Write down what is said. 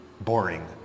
boring